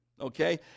okay